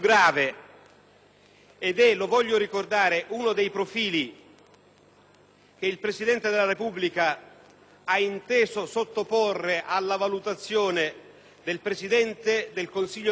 - lo voglio ricordare -che il Presidente della Repubblica ha inteso sottoporre alla valutazione del Presidente del Consiglio dei ministri)